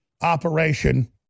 operation